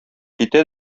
китә